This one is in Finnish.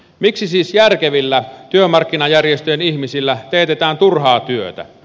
miksi siis järkevillä työmarkkinajärjestöjen ihmisillä teetetään turhaa työtä